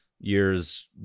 years